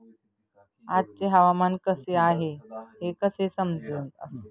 आजचे हवामान कसे आहे हे कसे समजेल?